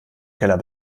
keller